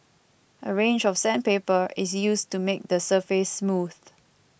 a range of sandpaper is used to make the surface smooth